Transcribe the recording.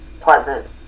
pleasant